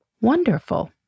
Wonderful